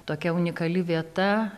tokia unikali vieta